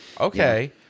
Okay